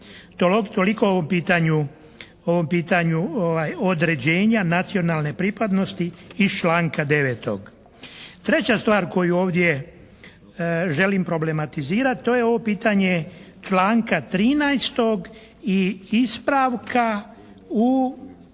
Toliko o ovom pitanju određenja nacionalne pripadnosti iz članka 9. Treća stvar koju ovdje želim problematizirati, to je ovo pitanje članka 13. i ispravka u